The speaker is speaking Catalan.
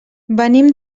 venim